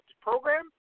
program